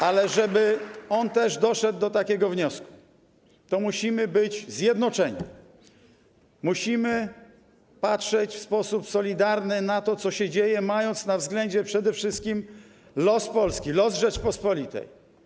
Ale żeby on też doszedł do takiego wniosku, musimy być zjednoczeni, musimy patrzeć w sposób solidarny na to, co się dzieje, mając na względzie przede wszystkim los Polski, los Rzeczypospolitej.